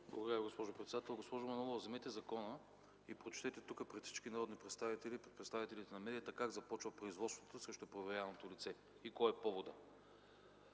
Благодаря, госпожо председател. Госпожо Манолова, вземете закона и прочетете тук, пред всички народни представители и пред представителите на медиите как започва производството срещу проверяваното лице и кой е поводът.